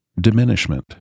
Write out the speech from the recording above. diminishment